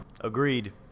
Agreed